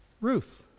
Ruth